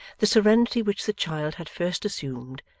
the serenity which the child had first assumed,